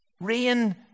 Rain